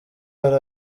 hari